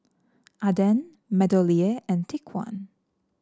Aden MeadowLea and Take One